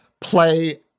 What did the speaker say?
play